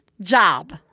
job